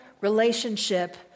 relationship